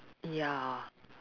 ya